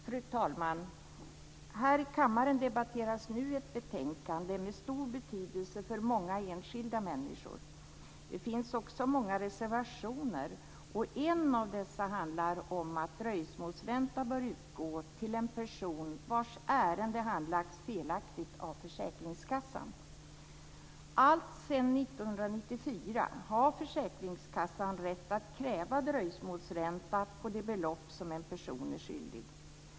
Fru talman! Här i kammaren debatteras nu ett betänkande med stor betydelse för många enskilda människor. Det finns också många reservationer, och en av dessa handlar om att dröjsmålsränta bör utgå till en person vars ärende handlagts felaktigt av försäkringskassan. Alltsedan 1994 har försäkringskassan rätt att kräva dröjsmålsränta på de belopp som en person är skyldig.